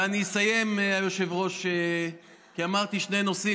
ואני אסיים, היושב-ראש, כי אמרתי שני נושאים.